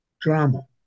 drama